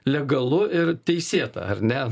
legalu ir teisėta ar ne